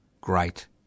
great